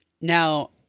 Now